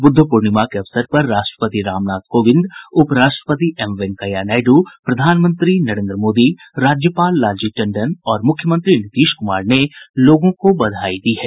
बुद्ध पूर्णिमा के अवसर पर राष्ट्रपति रामनाथ कोविन्द उपराष्ट्रपति एम वैंकेया नायडू प्रधानमंत्री नरेंद्र मोदी राज्यपाल लालजी टंडन और मुख्यमंत्री नीतीश कुमार ने लोगों को बधाई दी है